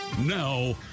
Now